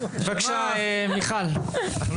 בבקשה, מיכל, השלטון המקומי.